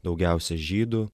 daugiausia žydų